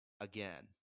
again